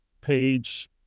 page